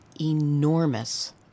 enormous